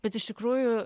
bet iš tikrųjų